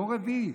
דור רביעי.